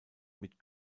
mit